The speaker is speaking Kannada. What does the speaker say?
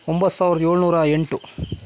ಒಂಬತ್ತು ಸಾವಿರದ ಏಳುನೂರ ಎಂಟು